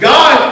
God